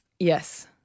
Yes